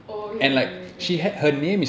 oh okay okay okay okay okay